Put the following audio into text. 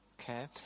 Okay